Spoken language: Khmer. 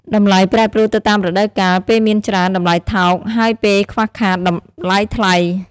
តម្លៃប្រែប្រួលទៅតាមរដូវកាល ពេលមានច្រើនតម្លៃថោក ហើយពេលខ្វះខាតតម្លៃថ្លៃ។